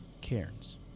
cairns